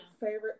favorite